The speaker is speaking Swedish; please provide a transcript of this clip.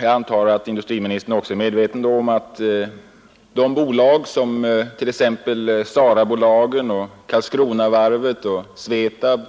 Jag antar att industriministern också är medveten om att företag som t.ex. SARA-bolagen, Karlskronavarvet och SVETAB